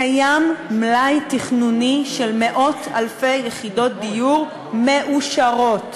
קיים מלאי תכנוני של מאות-אלפי יחידות דיור מאושרות.